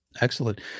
excellent